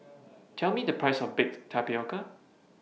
Tell Me The Price of Baked Tapioca